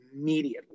immediately